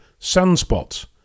sunspots